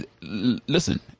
listen